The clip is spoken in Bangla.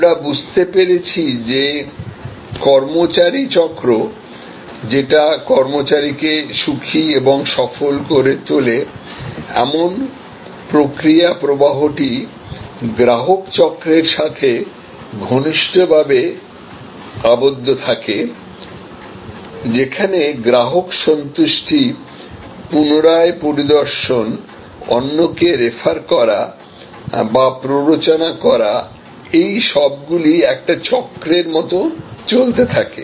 আমরা বুঝতেপেরেছি যে কর্মচারী চক্র যেটা কর্মচারীকে সুখী এবং সফল করে তোলে এমন প্রক্রিয়া প্রবাহটি গ্রাহক চক্রের সাথে ঘনিষ্ঠভাবে আবদ্ধ থাকে যেখানে গ্রাহক সন্তুষ্টি পুনরায় পরিদর্শন অন্যকে রেফার করা বা প্ররোচনা করা এই সবগুলি একটি চক্রের মত চলতে থাকে